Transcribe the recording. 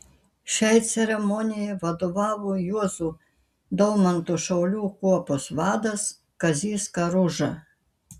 šiai ceremonijai vadovavo juozo daumanto šaulių kuopos vadas kazys karuža